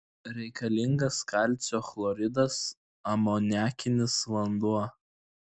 reikalingas kalcio chloridas amoniakinis vanduo